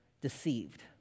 deceived